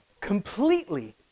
completely